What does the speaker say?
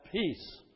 peace